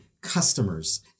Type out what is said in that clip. customers